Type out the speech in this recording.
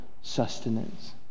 sustenance